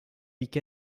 week